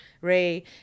Ray